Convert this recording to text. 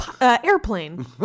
airplane